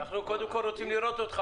אנחנו, קודם כול, רוצים לראות אותך.